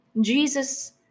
Jesus